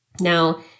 Now